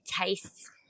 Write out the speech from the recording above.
tastes